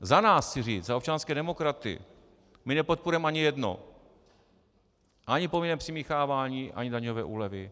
Za nás chci říct, za občanské demokraty, my nepodporujeme ani jedno ani povinné přimíchávání, ani daňové úlevy.